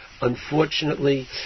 unfortunately